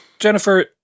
Jennifer